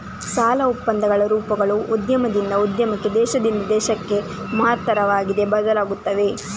ಸಾಲ ಒಪ್ಪಂದಗಳ ರೂಪಗಳು ಉದ್ಯಮದಿಂದ ಉದ್ಯಮಕ್ಕೆ, ದೇಶದಿಂದ ದೇಶಕ್ಕೆ ಮಹತ್ತರವಾಗಿ ಬದಲಾಗುತ್ತವೆ